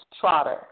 trotter